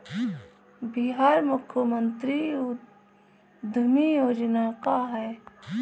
बिहार मुख्यमंत्री उद्यमी योजना का है?